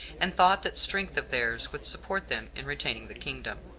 and thought that strength of theirs would support them in retaining the kingdom.